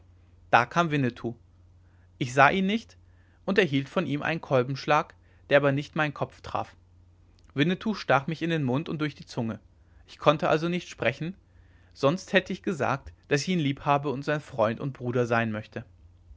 da kam winnetou ich sah ihn nicht und erhielt von ihm einen kolbenschlag der aber nicht meinen kopf traf winnetou stach mich in den mund und durch die zunge ich konnte also nicht sprechen sonst hätte ich gesagt daß ich ihn lieb habe und sein freund und bruder sein möchte